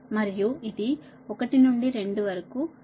మరియు ఇది 1 నుండి రెండు వరకు ప్రతిచర్య j 0